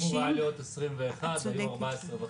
היו אמורים להיות 21, היו 14.5,